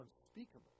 unspeakable